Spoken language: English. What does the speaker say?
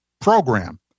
program